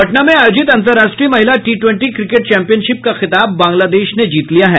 पटना में आयोजित अंतर्राष्ट्रीय महिला टी टवेंटी क्रिकेट चैंपियनशिप का खिताब बांग्लादेश ने जीत लिया है